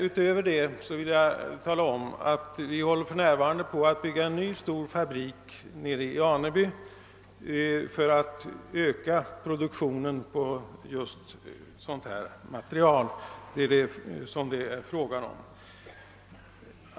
Utöver det vill jag omtala att vi för närvarande håller på och bygger en ny stor fabrik i Aneby för att öka produktionen av just sådant material som det här är fråga om.